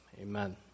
Amen